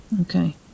Okay